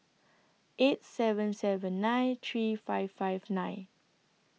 eight seven seven nine three five five nine